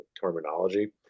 terminology